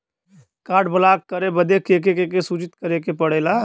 Card block करे बदी के के सूचित करें के पड़ेला?